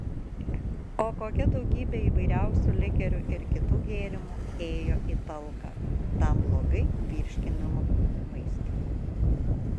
o kokia daugybė įvairiausių likerių ir kitų gėrimų ėjo į talką tam blogai virškinamam maistui